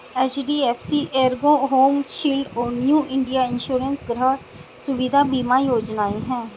HDFC Ergo home shield और new India insurance गृह सुविधा बीमा योजनाएं हैं